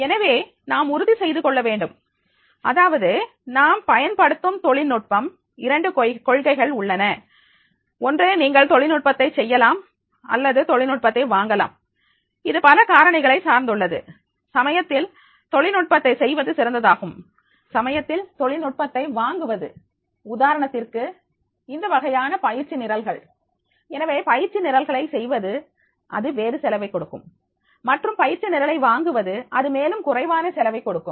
எனவே நாம் உறுதி செய்து கொள்ள வேண்டும் அதாவது நாம் பயன்படுத்தும் தொழில்நுட்பம் இரண்டு கொள்கைகள் உள்ளன ஒன்று நீங்கள் தொழில்நுட்பத்தை செய்யலாம் அல்லது தொழில்நுட்பத்தை வாங்கலாம் இது பல காரணிகளை சார்ந்துள்ளது சமயத்தில் தொழில்நுட்பத்தை செய்வது சிறந்ததாகும் சமயத்தில் தொழில்நுட்பத்தை வாங்குவது உதாரணத்துக்கு இந்த வகையான பயிற்சி நிரல்கள் எனவே பயிற்சி நிரல்களை செய்வது அது வேறு செலவைக் கொடுக்கும் மற்றும் பயிற்சி நிரலை வாங்குவது அது மேலும் குறைவான செலவைக் கொடுக்கும்